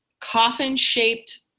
coffin-shaped